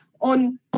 on